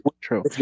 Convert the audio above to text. True